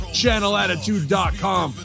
channelattitude.com